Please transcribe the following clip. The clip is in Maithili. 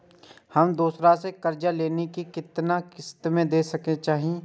हम दोसरा से जे कर्जा लेलखिन वे के कतेक किस्त में दे के चाही?